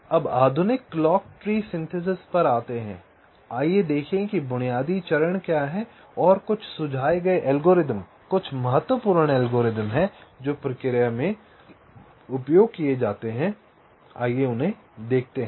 अब आधुनिक clock tree synthesis पर आते हैं आइए देखें कि बुनियादी चरण क्या हैं और कुछ सुझाए गए एल्गोरिदम कुछ महत्वपूर्ण एल्गोरिदम हैं जो प्रक्रिया में उपयोग किए जाते हैं उन्हें देखते हैं